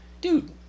dude